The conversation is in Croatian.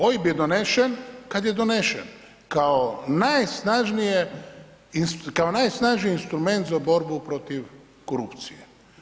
OIB je donesen kad je donesen kao najsnažnije, kao najsnažniji instrument za borbu protiv korupcije.